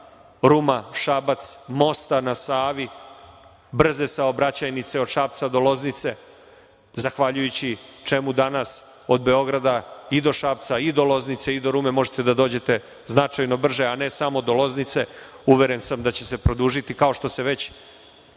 Ruma-Šabac, mosta na Savi, brze saobraćajnice od Šapca do Loznice, zahvaljujući čemu danas od Beograda i do Šapca i do Loznice i do Rume možete da dođete značajno brže, a ne samo do Loznice, uveren sam da će se produžiti, kao što se već